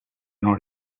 not